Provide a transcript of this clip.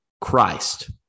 Christ